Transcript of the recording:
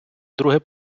друге